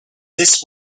this